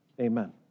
Amen